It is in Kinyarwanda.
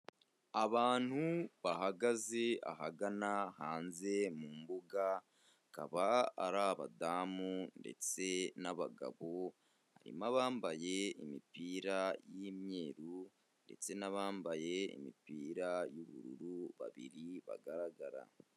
Abantu bahagaze ahagana hanze mu mbuga, akaba ari abadamu ndetse n'abagabo, harimo abambaye imipira y'imyeru ndetse n'abambaye imipira y'ubururu, babiri ntibagaragara.